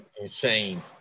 insane